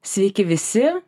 sveiki visi